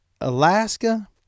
Alaska